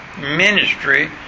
ministry